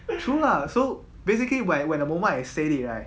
true lah so basically when when the moment I said it right